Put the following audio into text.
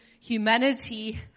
humanity